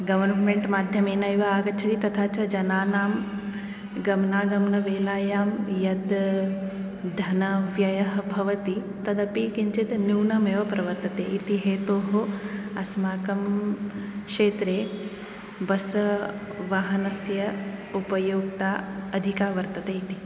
गवर्मेण्ट्माध्यमेनैव आगच्छति तथा च जनानां गमनागमनवेलायां यद् धनव्ययः भवति तदपि किञ्चित् न्यूनमेव प्रवर्तते इति हेतोः अस्माकं क्षेत्रे बस्वाहनस्य उपयोक्ता अधिका वर्तते इति